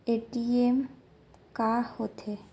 ATM का होथे?